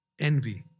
envy